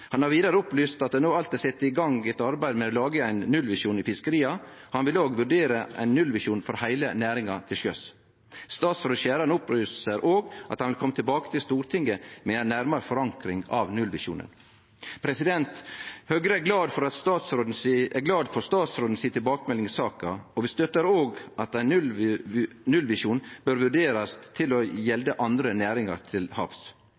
Han har vidare opplyst at det no alt er sett i gang eit arbeid med å lage ein nullvisjon i fiskeria. Han vil òg vurdere ein nullvisjon for heile næringa til sjøs. Statsråd Skjæran opplyser òg at han vil kome tilbake til Stortinget med ei nærmare forankring av nullvisjonen. Høgre er glad for statsråden si tilbakemelding i saka, og vi støttar òg at ein nullvisjon bør vurderast å gjelde andre næringar til havs.